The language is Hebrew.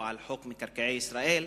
או חוק מקרקעי ישראל,